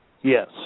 Yes